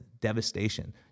devastation